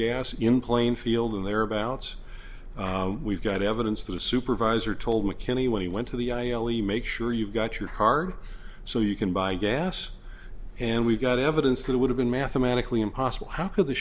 gas in plainfield and thereabouts we've got evidence that a supervisor told mckinney when he went to the i only make sure you've got your car so you can buy gas and we've got evidence that would have been mathematically impossible how could the